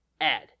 add